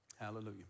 Hallelujah